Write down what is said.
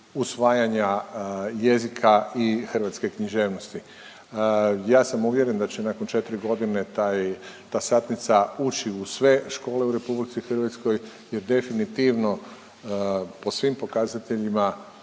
usvajanja jezika i hrvatske književnosti. Ja sam uvjeren da će nakon četiri godine ta satnica ući u sve škole u Republici Hrvatskoj, jer definitivno po svim pokazateljima